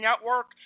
Network